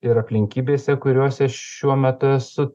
ir aplinkybėse kuriose šiuo metu esu